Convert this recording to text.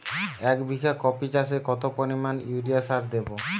এক বিঘা কপি চাষে কত পরিমাণ ইউরিয়া সার দেবো?